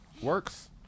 works